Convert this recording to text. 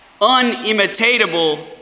unimitatable